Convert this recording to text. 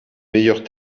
meilleures